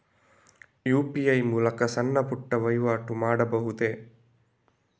UPI ಮೂಲಕ ಸಣ್ಣ ಪುಟ್ಟ ವಹಿವಾಟು ಮಾಡಬಹುದೇ?